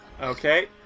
Okay